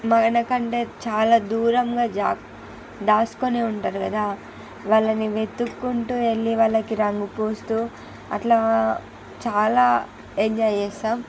మనకంటే చాలా దూరంగా జాగ్ దాచుకొని ఉంటారు కదా వాళ్ళని వెతుక్కుంటూ వెళ్ళి వాళ్ళకి రంగు పూస్తూ అట్లా చాలా ఎంజాయ్ చేస్తాము